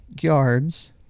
yards